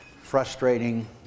frustrating